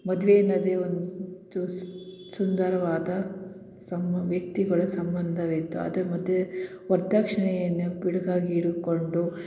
ಮದುವೆ ಅನ್ನೋದೇ ಒಂದು ಸುಂದರವಾದ ಸಮ್ ವ್ಯಕ್ತಿಗಳ ಸಂಬಂಧವಿತ್ತು ಆದ್ರೆ ಮದುವೆ ವರದಕ್ಷ್ಣೆಯನ್ನು ಪಿಡುಗಾಗಿ ಹಿಡುಕೊಂಡು